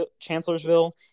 Chancellorsville